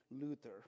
Luther